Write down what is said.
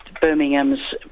Birmingham's